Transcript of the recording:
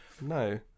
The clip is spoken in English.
No